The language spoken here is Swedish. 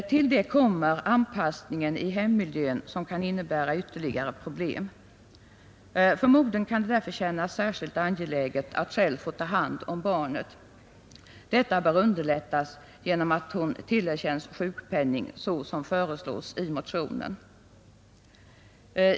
Därtill kommer anspassningen i hemmiljön, som kan innebära ytterligare problem. För modern kan det därför kännas särskilt angeläget att själv få ta hand om barnet. Detta bör underlättas genom att hon tillerkänns sjukpenning så som föreslås i motionen.